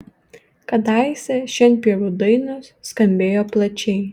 kadaise šienpjovių dainos skambėjo plačiai